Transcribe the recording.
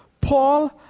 Paul